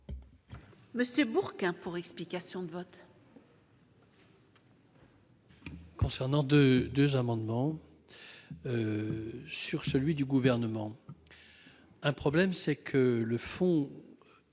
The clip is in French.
Martial Bourquin, pour explication de vote.